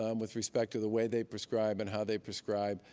um with respect to the way they prescribe and how they prescribe,